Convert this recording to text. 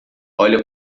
olha